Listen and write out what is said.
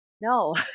no